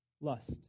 Lust